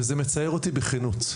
וזה מצער אותי בכנות.